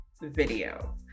video